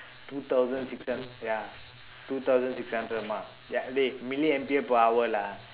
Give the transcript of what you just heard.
two thousand six hund~ ya two thousand six hundred MA ya dey milliampere per hour lah